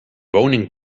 woning